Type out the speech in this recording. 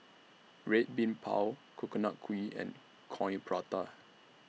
Red Bean Bao Coconut Kuih and Coin Prata